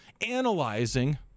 analyzing